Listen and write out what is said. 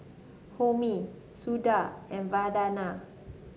Homi Suda and Vandana